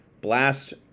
blast